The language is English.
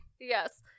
Yes